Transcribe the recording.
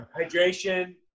hydration